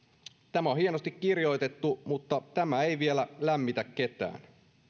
tämä on hienosti kirjoitettu mutta tämä ei vielä lämmitä ketään